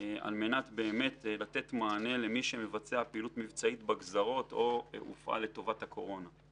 כדי לתת מענה למי שמבצע פעילות מבצעית בגזרות או הופעל לטיפול בקורונה.